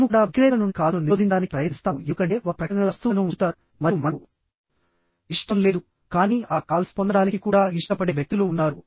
మేము కూడా విక్రేతల నుండి కాల్స్ను నిరోధించడానికి ప్రయత్నిస్తాము ఎందుకంటే వారు ప్రకటనల వస్తువులను ఉంచుతారు మరియు మనకు ఇష్టం లేదుకానీ ఆ కాల్స్ పొందడానికి కూడా ఇష్టపడే వ్యక్తులు ఉన్నారు